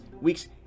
week's